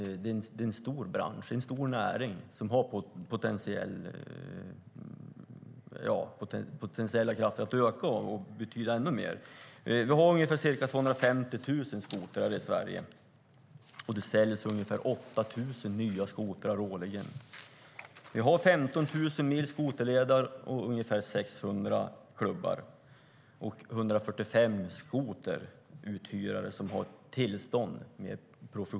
Det handlar om en stor näring och den har potential att öka och betyda ännu mer. Vi har ca 250 000 skotrar i Sverige, och det säljs ungefär 8 000 nya skotrar årligen. Vi har 15 000 mil skoterleder och ungefär 600 klubbar. Det finns också 145 professionella skoteruthyrare med tillstånd.